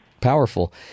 Powerful